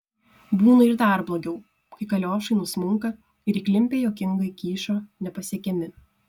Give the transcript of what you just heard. būna ir dar blogiau kai kaliošai nusmunka ir įklimpę juokingai kyšo nepasiekiami